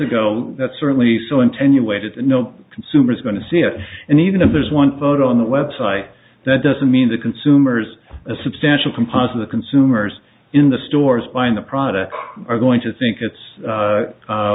ago that's certainly so in ten you waited no consumers going to see it and even if there's one photo on the web site that doesn't mean the consumers a substantial composite of consumers in the stores buying the product are going to seek its